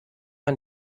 man